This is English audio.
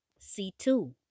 C2